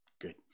good